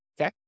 Okay